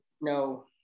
no